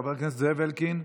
חבר הכנסת זאב אלקין,